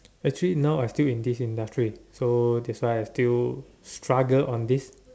actually now I still in this industry so that's why I still struggle on this